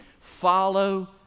follow